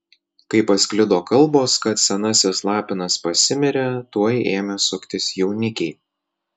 kai pasklido kalbos kad senasis lapinas pasimirė tuoj ėmė suktis jaunikiai